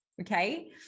Okay